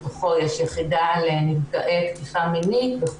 שבתוכו יש יחידה לנפגעי תקיפה מינית.